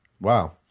Wow